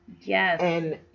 Yes